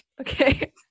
okay